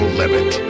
limit